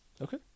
Okay